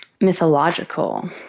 mythological